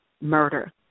murder